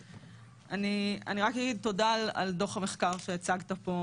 אני רק אגיד תודה על דוח המחקר שהצגת פה